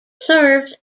serves